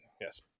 yes